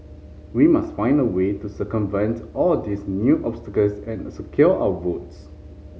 we must find a way to circumvent all these new obstacles and secure our votes